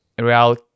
Real